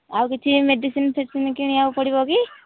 ଆଉ କିଛି ମେଡ଼ିସିନ୍ ଫେଡିସିନ୍ କିଣିବାକୁ ପଡ଼ିବ କି